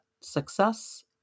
success